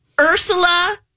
Ursula